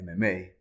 MMA